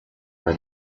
bei